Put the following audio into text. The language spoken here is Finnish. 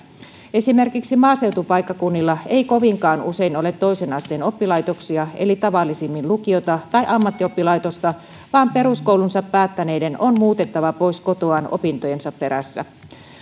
esimerkiksi maaseutupaikkakunnilla ei kovinkaan usein ole toisen asteen oppilaitoksia eli tavallisimmin lukiota tai ammattioppilaitosta vaan peruskoulunsa päättäneiden on muutettava pois kotoaan opintojensa perässä